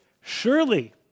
Surely